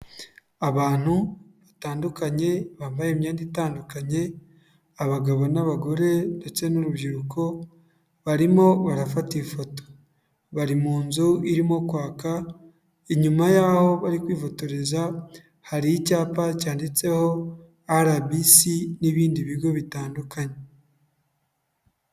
Abantu batandukanye bambaye imyenda itandukanye, abagabo n'abagore ndetse n'urubyiruko, barimo barafata ifoto, bari mu nzu irimo kwaka, inyuma y'aho bari kwifotoreza hari icyapa cyanditseho RBC n'ibindi bigo bitandukanye.